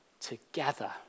Together